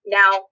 now